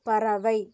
பறவை